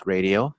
Radio